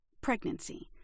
Pregnancy